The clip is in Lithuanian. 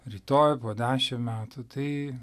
rytoj po dešim metų tai